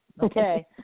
Okay